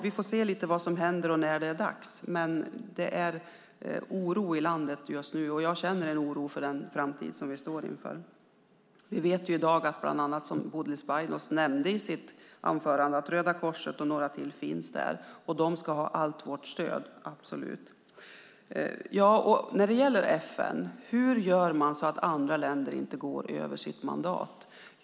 Vi får se lite vad som händer och när det är dags, men det är oro i landet just nu och jag känner en oro för den framtid som vi står inför. Vi vet ju i dag, som Bodil Ceballos nämnde i sitt anförande, att Röda Korset och några till finns där. De ska absolut ha allt vårt stöd. När det gäller FN är frågan hur man gör för att andra länder inte ska gå över sitt mandat.